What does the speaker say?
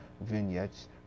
vignettes